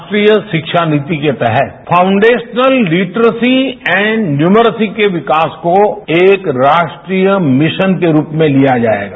राष्ट्रीय शिक्षा नीति के तहत फाउंडेशनल लिट्रसी एंड न्यूमर्सी के विकास को एक राष्ट्रीय मिशन के रूप में लिया जाएगा